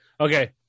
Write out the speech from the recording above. Okay